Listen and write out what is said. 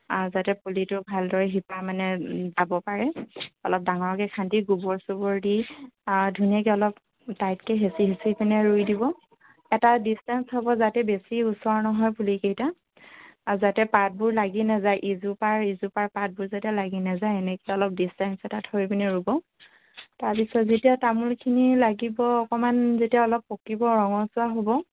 যাতে পুলিটো ভালদৰে শিপা মানে যাব পাৰে অলপ ডাঙৰকৈ খান্দি গোবৰ চোবৰ দি ধুনীয়াকৈ অলপ টাইটকৈ হেচি হেচি পিনে ৰুই দিব এটা ডিষ্টেঞ্চ থ'ব যাতে বেছি ওচৰ নহয় পুলিকেইটা আৰু যাতে পাতবোৰ লাগি নাযায় ইজোপা আৰু ইজোপাৰ পাতবোৰ যাতে লাগি নাযায় এনেকৈ অলপ ডিষ্টেঞ্চ এটা থৈ পিনে ৰুব তাৰপিছত যেতিয়া তামোলখিনি লাগিব অকণমান যেতিয়া অলপ পকিব ৰঙচুৱা হ'ব